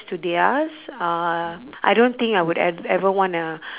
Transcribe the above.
to theirs uh I don't think I would e~ ever wanna